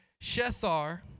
Shethar